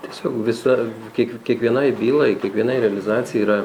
tiesiog visur kiek kiekvienai bylai kiekviena realizacijai yra